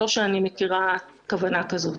אני לא מכירה כוונה כזאת.